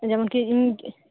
ᱡᱮᱢᱚᱱ ᱠᱤ ᱤᱧ